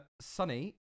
Sunny